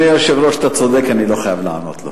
אתה לא חייב לענות לו.